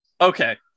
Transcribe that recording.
Okay